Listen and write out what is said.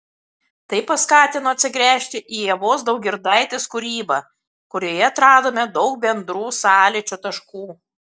tai paskatino atsigręžti į ievos daugirdaitės kūrybą kurioje atradome daug bendrų sąlyčio taškų